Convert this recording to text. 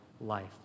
life